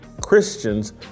Christians